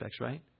right